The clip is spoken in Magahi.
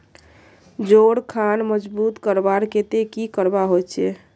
जोड़ खान मजबूत करवार केते की करवा होचए?